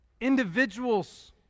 individuals